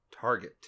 target